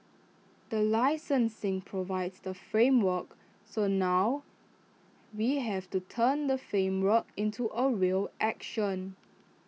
the licensing provides the framework so now we have to turn the framework into A real action